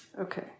Okay